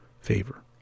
Favor